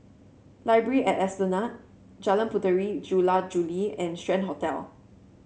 Library at Esplanade Jalan Puteri Jula Juli and Strand Hotel